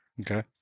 okay